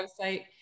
website